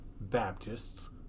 Baptists